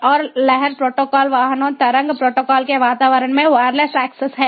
और लहर प्रोटोकॉल वाहनों तरंग प्रोटोकॉल के वातावरण में वायरलेस एक्सेस है